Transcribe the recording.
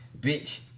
bitch